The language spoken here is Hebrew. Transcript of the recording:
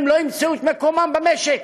הם לא ימצאו את מקומם במשק.